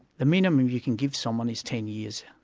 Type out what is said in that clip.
the minimum you can give someone is ten years.